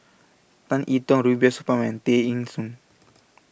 Tan Yi Tong Rubiah Supar and Tay Eng Soon